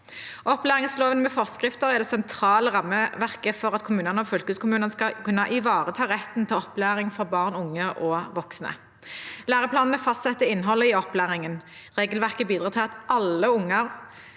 Opplæringsloven med forskrifter er det sentrale rammeverket for at kommunene og fylkeskommunene skal kunne ivareta retten til opplæring for barn, unge og voksne. Læreplanene fastsetter innholdet i opplæringen. Regelverket bidrar til at alle barn,